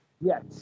Yes